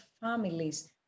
families